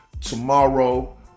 Tomorrow